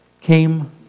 came